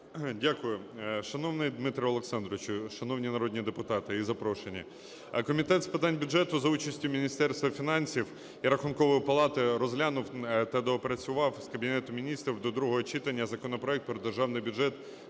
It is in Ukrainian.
Дякую. Шановний Дмитро Олександрович! Шановні народні депутати і запрошені! Комітет з питань бюджету за участю Міністерства фінансів і Рахункової палати розглянув та доопрацював з Кабінетом Міністрів до другого читання законопроект про Державний бюджет